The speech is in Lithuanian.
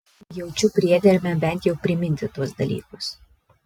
jaučiu priedermę bent jau priminti tuos dalykus